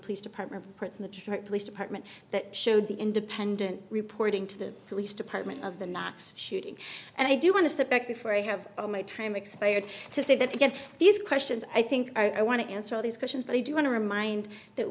police department prints in the truck police department that showed the independent reporting to the police department of the knox shooting and i do want to step back before i have my time expired to say that again these questions i think i want to answer these questions but i do want to remind that